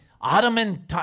Ottoman